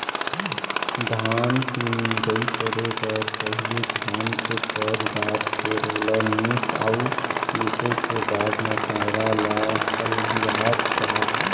धान के मिंजई करे बर पहिली धान के पैर डार फेर ओला मीस अउ मिसे के बाद म पैरा ल अलगियात जा